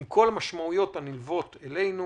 עם כל המשמעויות הנלוות אלינו.